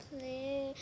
please